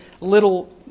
little